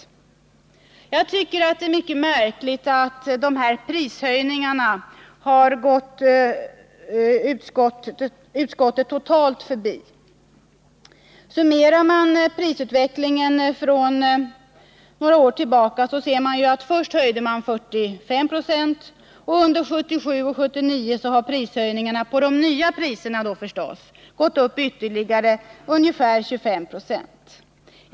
Jag tycker att det är mycket märkligt att de här prishöjningarna har gått utskottet så totalt förbi. Summerar man prisutvecklingen från några år tillbaka, så ser man ju att först höjde t.ex. Mölnlycke mest, med 45 96, och under 1977-1979 har priserna gått upp ytterligare med 25 96 — på de nya höga priserna då förstås.